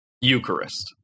Eucharist